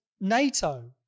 NATO